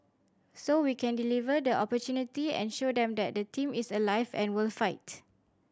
so we can deliver the opportunity and show them that the team is alive and will fight